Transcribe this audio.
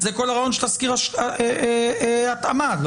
הרציונל אדוני.